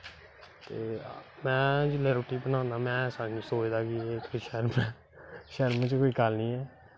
ते में जिसलै रुट्टी बनांदा तां में सोचदा शर्म जेही कोई गल्ल नी ऐ